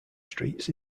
streets